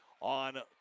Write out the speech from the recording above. on